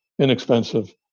inexpensive